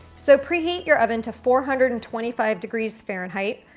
so preheat your oven to four hundred and twenty five degrees fahrenheit,